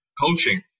coaching